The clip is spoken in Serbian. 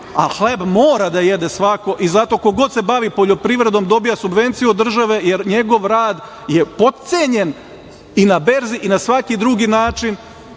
a hleb mora da jede svako i zato ko god se bavi poljoprivredom dobija subvencije od države, jer njegov rad je potcenjen i na berzi i na svaki drugi način